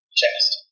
chest